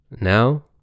Now